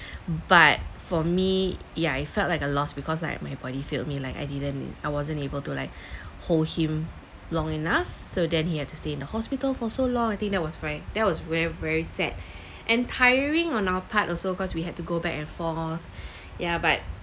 but for me ya I felt like a loss because like my body failed me like I didn't I wasn't able to like hold him long enough so then he had to stay in the hospital for so long I think that was my that was very very sad and tiring on our part also cause we had to go back and forth ya but